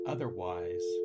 Otherwise